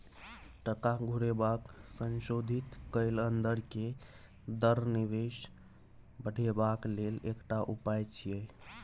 टका घुरेबाक संशोधित कैल अंदर के दर निवेश बढ़ेबाक लेल एकटा उपाय छिएय